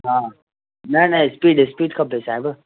हा न न स्पीड स्पीड खपे साहिबु